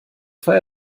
feier